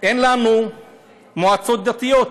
אין לנו מועצות דתיות.